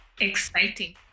Exciting